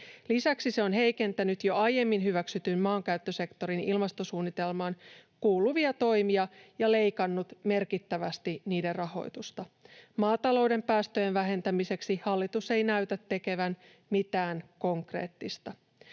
Lisäksi se on heikentänyt jo aiemmin hyväksytyn maankäyttösektorin ilmastosuunnitelmaan kuuluvia toimia ja leikannut merkittävästi niiden rahoitusta. Maatalouden päästöjen vähentämiseksi hallitus ei näytä tekevän mitään konkreettista.